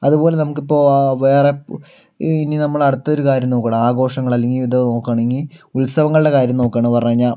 അതുപോലെ നമുക്കിപ്പോൾ വേറെ ഇനി നമ്മള് അടുത്തൊരു കാര്യം നോക്കുകയാണ് ആഘോഷങ്ങള് അല്ലെങ്കില് ഇത് നോക്കുകയാണെങ്കിൽ ഉത്സവങ്ങളുടെ കാര്യം നോക്കുകയാണെന്ന് പറഞ്ഞു കഴിഞ്ഞാൽ